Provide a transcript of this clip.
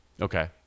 Okay